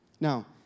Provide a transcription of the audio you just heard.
Now